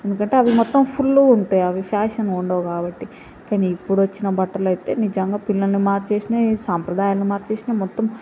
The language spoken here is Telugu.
ఎందుకంటే అవి మొత్తం ఫుల్లుగా ఉంటాయి అవి ఫ్యాషన్గా ఉండవు కాబట్టి కానీ ఇప్పుడు వచ్చిన బట్టలు అయితే నిజంగా పిల్లల్ని మార్చేసినాయి ఈ సంప్రదాయాల్ని మార్చేసినాయి మొత్తం